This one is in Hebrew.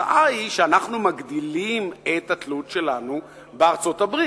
התוצאה היא שאנחנו מגדילים את התלות שלנו בארצות-הברית,